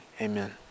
Amen